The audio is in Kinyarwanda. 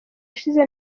ushize